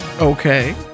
Okay